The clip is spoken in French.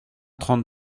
trente